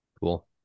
Cool